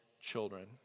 children